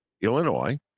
Illinois